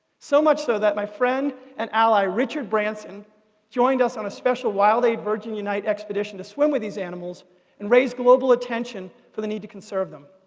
so much so that my friend and ally richard branson joined us on a special wildaid-virgin unite expedition to swim with these animals and raise global attention for the need to conserve them.